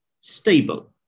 stable